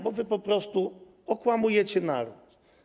Bo wy po prostu okłamujecie naród.